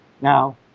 Now